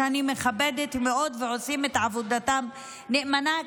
שאני מכבדת מאוד ועושים את עבודתם נאמנה,